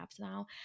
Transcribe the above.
now